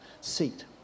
seat